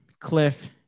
Cliff